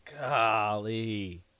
Golly